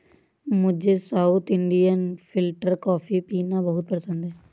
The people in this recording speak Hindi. मुझे साउथ इंडियन फिल्टरकॉपी पीना बहुत पसंद है